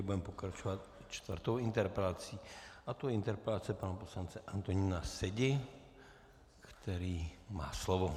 Budeme pokračovat čtvrtou interpelací a tou je interpelace pana poslance Antonína Sedi, který má slovo.